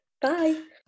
bye